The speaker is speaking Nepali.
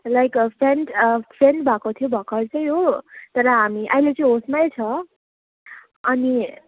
लाइक फेन्ट फेन्ट भएको थियो भर्खर चाहिँ हो तर हामी अहिले चाहिँ होसमै छ अनि